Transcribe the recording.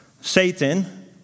Satan